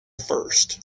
first